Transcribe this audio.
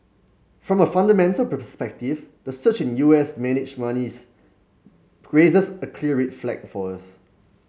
from a fundamental perspective the surge in U S managed raises a clear red flag for us